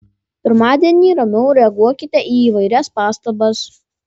pirmadienį ramiau reaguokite į įvairias pastabas